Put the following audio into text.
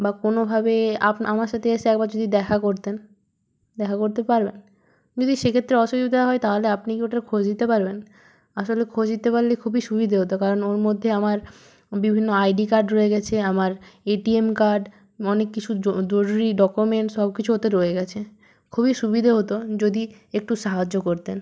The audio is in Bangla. বা কোনোভাবে আমার সাথে এসে একবার যদি দেখা করতেন দেখা করতে পারবেন যদি সেই ক্ষেত্রে অসুবিধা হয় তাহলে আপনি কি ওটার খোঁজ দিতে পারবেন আসলে খোঁজ দিতে পরলে খুবই সুবিধে হতো কারণ ওর মধ্যে আমার বিভিন্ন আইডি কার্ড রয়ে গেছে আমার এটিএম কার্ড অনেক কিছু জরুরি ডকুমেন্টস সবকিছু ওতে রয়ে গেছে খুবই সুবিধে হতো যদি একটু সাহায্য করতেন